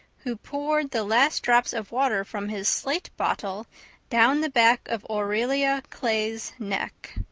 who poured the last drops of water from his slate bottle down the back of aurelia clay's neck.